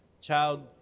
Child